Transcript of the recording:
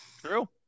True